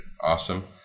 awesome